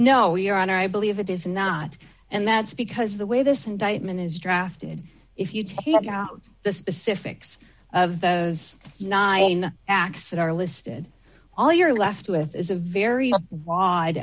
no your honor i believe it is not and that's because the way this indictment is drafted if you take out the specifics of those acts that are listed all you're left with is a very wide